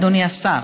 אדוני השר,